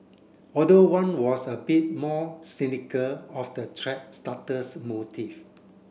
although one was a bit more cynical of the thread starter's motive